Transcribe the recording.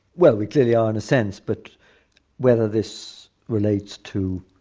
well, we clearly are in a sense, but whether this relates to